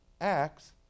Acts